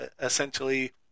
essentially